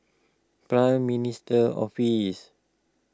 Prime Minister's Office